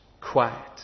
quiet